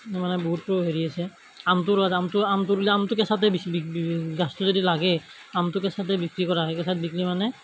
মানে বহুতো হেৰি আছে আমটো ৰোৱা যায় আমটো আমটো ৰুলে আমটো কেঁচাতে বেছি বিক্ৰী গাছটো যদি লাগে আমটো কেঁচাতে বিক্ৰী কৰা হয় কেঁচাত বিকিলে মানে